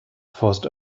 forced